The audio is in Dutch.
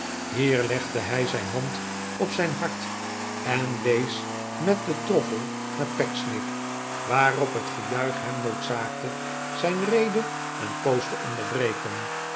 hief legde hij zijn hand op zijn hart en wees met den troffel naar pecksniff waarop het gejuich hem noodzaakte zijn rede een poos te onderbreken